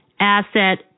asset